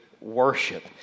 worship